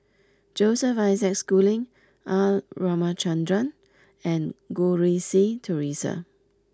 Joseph Isaac Schooling R Ramachandran and Goh Rui Si Theresa